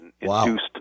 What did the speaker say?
Induced